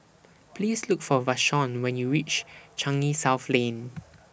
Please Look For Vashon when YOU REACH Changi South Lane